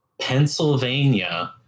Pennsylvania